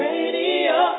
Radio